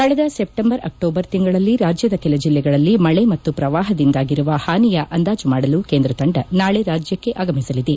ಕಳೆದ September October ತಿಂಗಳಲ್ಲಿ ರಾಜ್ಯದ ಕೆಲ ಜಿಲ್ಲೆಗಳಲ್ಲಿ ಮಳೆ ಮತ್ತು ಪ್ರವಾಪದಿಂದಾಗಿರುವ ಪಾನಿಯ ಅಂದಾಜ ಮಾಡಲು ಕೇಂದ್ರ ತಂಡ ನಾಳೆ ರಾಜ್ಯಕ್ಷೆ ಆಗಮಿಸಲಿದೆ